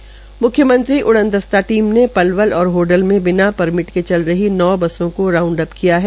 म्ख्यमंत्री उड़न दस्ता टीम ने पलवल और होडल में बिना परमिट के चल रही नौ बसों को राऊंड अप किया है